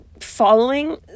following